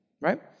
right